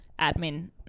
admin